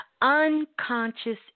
Unconscious